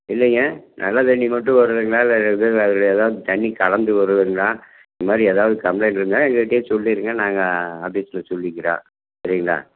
இல்லைங்க நல்ல தண்ணி மட்டும் வருதுங்களா இல்லை அதில் எதாவது தண்ணி கலந்து வருதுங்களா இந்தமாதிரி எதாவது கம்ப்ளைண்ட் இருந்தால் எங்கள்கிட்டேயே சொல்லிருங்க நாங்கள் ஆபீஸில் சொல்லிக்கிறோம் சரிங்களா